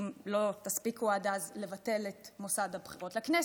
אם לא תספיקו עד אז לבטל את מוסד הבחירות לכנסת,